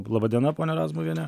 laba diena ponia razmuviene